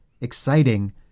exciting